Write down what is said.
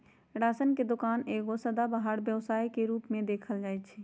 ration के दोकान एगो सदाबहार व्यवसाय के रूप में देखल जाइ छइ